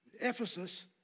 Ephesus